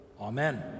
Amen